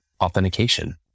authentication